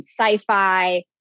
sci-fi